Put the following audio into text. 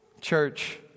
Church